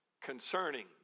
concerning